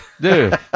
dude